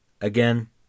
Again